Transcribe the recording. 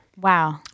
Wow